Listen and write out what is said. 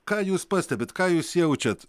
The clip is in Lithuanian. ką jūs pastebit ką jūs jaučiat